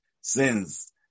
sins